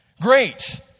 Great